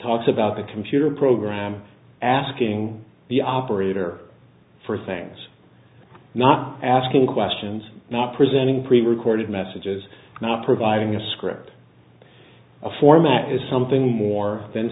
talks about the computer program asking the operator for things not asking questions not presenting pre recorded messages not providing a script a format is something more than